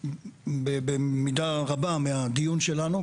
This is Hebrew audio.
במידה רבה מהדיון שלנו,